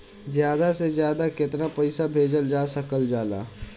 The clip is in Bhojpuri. ज्यादा से ज्यादा केताना पैसा भेजल जा सकल जाला?